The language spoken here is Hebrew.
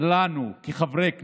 לנו כחברי כנסת.